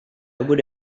would